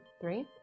Three